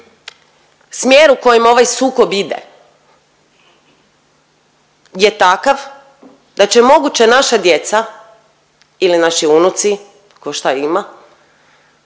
smjer u kojem ovaj sukob ide je takav da će moguće naša djeca ili naši unuci tko šta ima